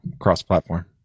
cross-platform